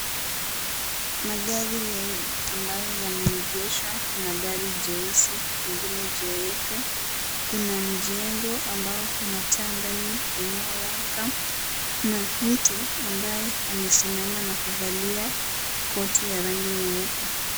Magari mengi ambayo yameegeshwa. Kuna gari jeusi, lingine jeupe, kuna mjengo ambao una taa ndani unaowaka. Kuna mtu ambaye amesimama na kuvalia koti ya rangi nyeupe.